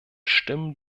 stimmen